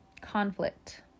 conflict